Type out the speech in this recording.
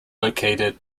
located